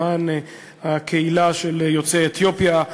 למען הקהילה של יוצאי אתיופיה,